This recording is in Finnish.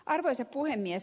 arvoisa puhemies